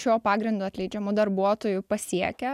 šiuo pagrindu atleidžiamų darbuotojų pasiekia